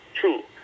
true